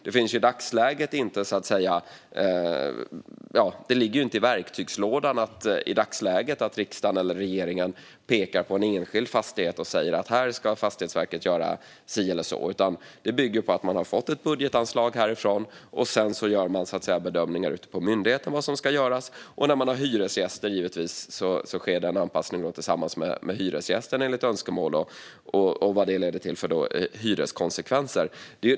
Det ligger inte i verktygslådan i dagsläget att riksdagen eller regeringen pekar på en enskild fastighet och säger att Fastighetsverket här ska göra si eller så. I stället bygger detta på att det finns ett budgetanslag från riksdagen, och sedan gör myndigheten bedömningar om vad som ska göras. Om det finns hyresgäster sker en anpassning tillsammans med hyresgästerna enligt önskemål - med konsekvenser för hyran.